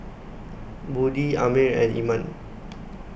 Budi Ammir and Iman